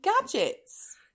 gadgets